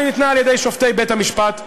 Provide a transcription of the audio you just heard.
אבל היא ניתנה על-ידי שופטי בית-המשפט העליון,